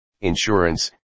insurance